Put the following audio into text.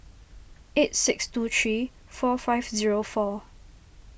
eight six two three four five zero four